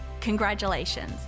congratulations